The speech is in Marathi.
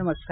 नमस्कार